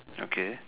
okay